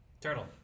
Turtle